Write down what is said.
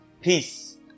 Peace